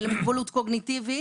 למוגבלות קוגניטיבית,